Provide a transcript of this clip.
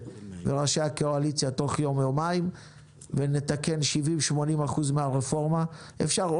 תוך יום-יומיים ונתקן 80-70 אחוזים מהרפורמה אפשר או